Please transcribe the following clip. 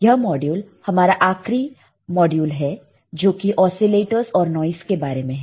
यह मॉड्यूल हमारा आखरी मॉड्यूल है जो कि ओसीलेटरस और नॉइस के बारे में है